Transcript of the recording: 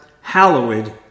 hallowed